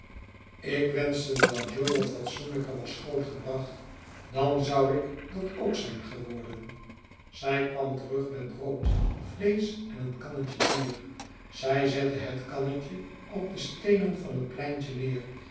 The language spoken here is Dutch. ik wenschte dat jo wat fatsoenlijker was groot gebracht dan zou ik dat ook zijn geworden zij kwam terug met brood vleesch en een kannetje bier zij zette het kannetje op de steenen van het pleintje neer